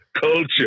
culture